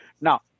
Now